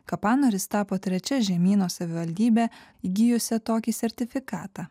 kapanoris tapo trečia žemyno savivaldybe įgijusia tokį sertifikatą